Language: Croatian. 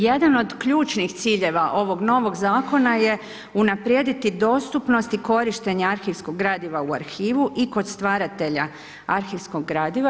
Jedan od ključnih ciljeva ovog novog zakona je unaprijediti dostupnost i korištenje arhivskog gradiva u arhivu i kod stvaratelja arhivskog gradiva.